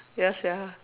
ya sia